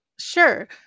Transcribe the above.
sure